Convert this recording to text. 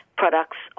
products